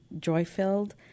joy-filled